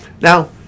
Now